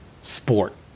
sport